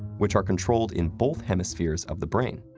which are controlled in both hemispheres of the brain.